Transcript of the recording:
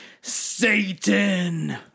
Satan